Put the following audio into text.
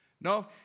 No